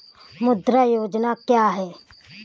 मुद्रा योजना क्या है?